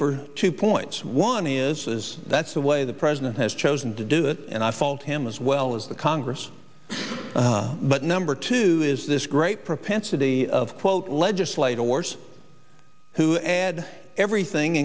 for two points one is that's the way the president has chosen to do it and i fault him as well as the congress but number two is this great propensity of quote legislative wars who add everything